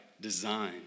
design